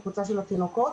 הקבוצה של התינוקות,